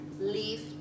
leave